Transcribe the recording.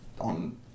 on